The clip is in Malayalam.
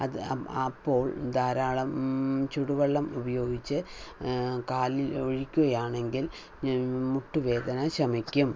അത് അപ്പോൾ ധാരാളം ചൂടുവെള്ളം ഉപയോഗിച്ച് കാലിൽ ഒഴിക്കുകയാണെങ്കിൽ മുട്ടുവേദന ശമിക്കും